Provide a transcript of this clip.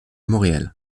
montréal